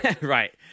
Right